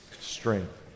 strength